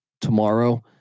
tomorrow